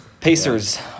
Pacers